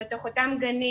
לתוך אותם גנים,